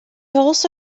also